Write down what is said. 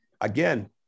again